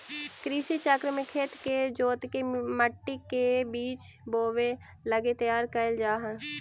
कृषि चक्र में खेत के जोतके मट्टी के बीज बोवे लगी तैयार कैल जा हइ